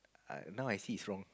I now I see it's wrong